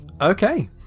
Okay